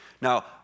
Now